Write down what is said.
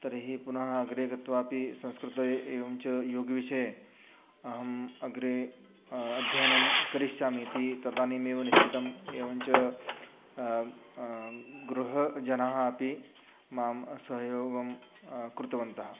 तर्हि पुनः अग्रे गत्वा अपि संस्कृते एवं च योगविषये अहम् अग्रे अध्ययनं करिष्यामीति तदानीमेव निश्चितम् एवं च गृहजनाः अपि मां सहयोगं कृतवन्तः